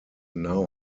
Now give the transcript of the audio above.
now